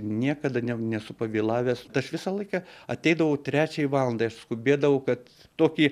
niekada ne nesu pavėlavęs tai aš visą laiką ateidavau trečiai valandai aš skubėdavau kad tokį